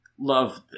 love